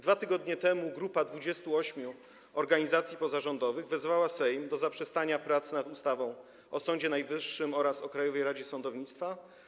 2 tygodnie temu grupa 28 organizacji pozarządowych wezwała Sejm do zaprzestania prac nad ustawami o Sądzie Najwyższym oraz o Krajowej Radzie Sądownictwa.